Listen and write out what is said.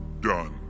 done